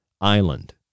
Island